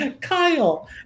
Kyle